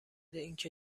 اینکه